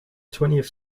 twentieth